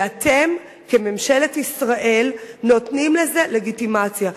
ואתם כממשלת ישראל נותנים לזה לגיטימציה,